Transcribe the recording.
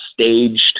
staged